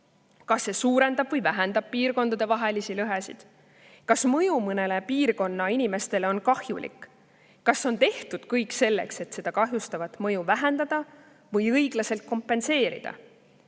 Kas see suurendab või vähendab piirkondadevahelisi lõhesid? Kas mõju mõne piirkonna inimestele on kahjulik? Kas on tehtud kõik selleks, et seda kahjustavat mõju vähendada või õiglaselt kompenseerida?